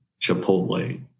Chipotle